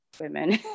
women